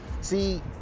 See